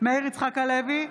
מאיר יצחק הלוי,